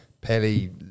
Pelly